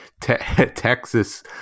Texas